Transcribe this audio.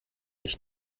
ich